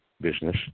business